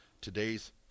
today's